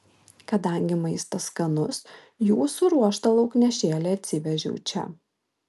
kadangi maistas skanus jų suruoštą lauknešėlį atsivežiau čia